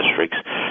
districts